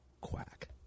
Quack